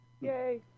Yay